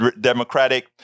democratic